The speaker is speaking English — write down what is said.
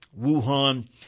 Wuhan